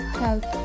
help